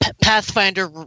Pathfinder